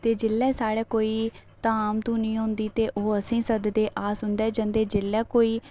ते जेल्लै साढ़े कोई धाम धूनी होंदी ते ओह् असेंगी सददे ते अस उंदे जंदे ते जेल्लै कोई